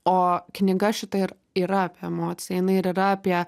o knyga šita ir yra apie emociją jinai ir yra apie